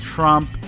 Trump